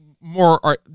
more